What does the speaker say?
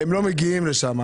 לא מגיעים לשם.